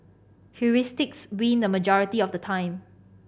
heuristics win the majority of the time